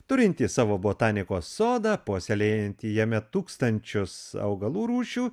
turintį savo botanikos sodą puoselėjantį jame tūkstančius augalų rūšių